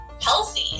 healthy